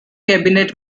cabinet